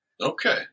Okay